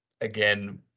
again